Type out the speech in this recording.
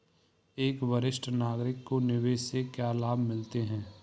एक वरिष्ठ नागरिक को निवेश से क्या लाभ मिलते हैं?